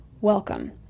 welcome